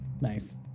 nice